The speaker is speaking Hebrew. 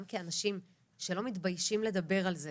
גם כשאנשים שלא מתביישים לדבר על זה